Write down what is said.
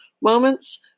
moments